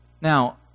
Now